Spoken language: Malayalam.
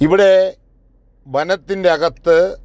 ഇവിടെ വനത്തിൻ്റെ അകത്ത്